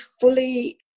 fully